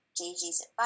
JJ's